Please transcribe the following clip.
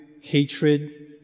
hatred